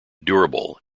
durable